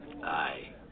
Aye